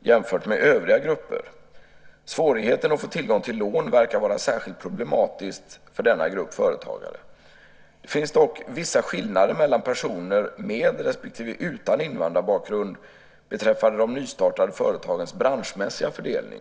jämfört med övriga grupper. Svårigheten att få tillgång till lån verkar vara särskilt problematiskt för denna grupp företagare. Det finns dock vissa skillnader mellan personer med respektive utan invandrarbakgrund beträffande de nystartade företagens branschmässiga fördelning.